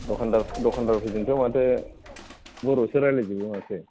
द'खानदार द'खानदारफोरजोंथ' माथो बर'सो रायलायजोबो माथो